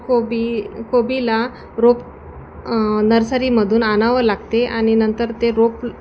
कोबी कोबीला रोप नर्सरीमधून आणावं लागते आणि नंतर ते रोप